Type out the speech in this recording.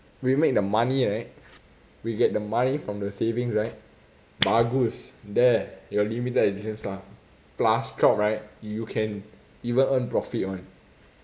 we make the money right we get the money from saving right bagus there your limited edition stuff plus chop right you can even earn profit [one]